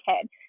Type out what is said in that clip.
kid